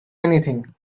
anything